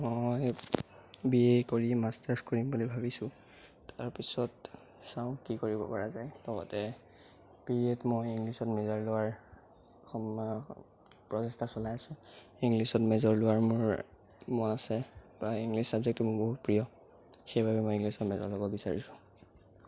মই B A পঢ়ি masters কৰিম বুলি ভাবিছোঁ তাৰ পিছত চাওঁ কি কৰিব পৰা যায় লগতে বি এত মই ইংলিচত মেজৰ লোৱাৰ প্ৰচেষ্টা চলাই আছো ইংলিচত মেজৰ লোৱাৰ মোৰ মন আছে বা ইংলিচ চাবজেক্টটো মোৰ বহুত প্ৰিয় সেইবাবে মই ইংলিচত মেজৰ ল'ব বিচাৰিছোঁ